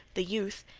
the youth,